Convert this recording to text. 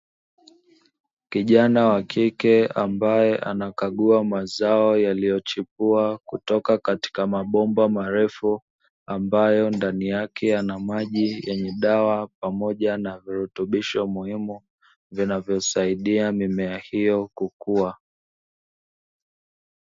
Kijana wa kike ambae anakagua mazao yaliyochipua kutoka katika mabomba marefu, ambayo ndani yake yana virutubisho muhimu vinavyosaidia mimea hiyo kukua.